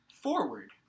forward